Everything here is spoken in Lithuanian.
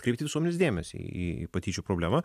atkreipti visuomenės dėmesį į patyčių problemą